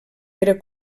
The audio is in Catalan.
era